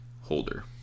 holder